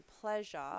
pleasure